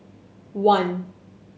one